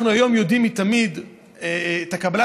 אנחנו היום יודעים יותר מתמיד על קבלת